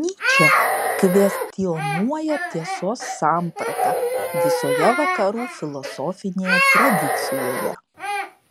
nyčė kvestionuoja tiesos sampratą visoje vakarų filosofinėje tradicijoje